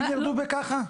זאת הדרך,